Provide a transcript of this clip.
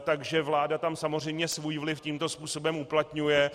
Takže vláda tam samozřejmě svůj vliv tímto způsobem uplatňuje.